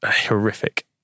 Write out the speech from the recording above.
horrific